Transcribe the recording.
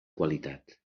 qualitat